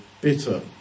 bitter